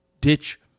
ditch